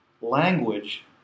language